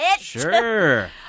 Sure